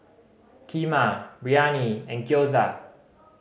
Kheema Biryani and Gyoza